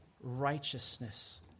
Righteousness